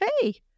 hey